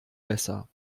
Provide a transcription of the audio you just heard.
besser